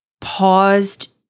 paused